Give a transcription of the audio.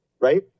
right